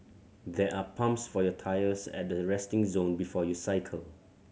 there are pumps for your tyres at the resting zone before you cycle